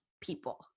people